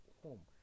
home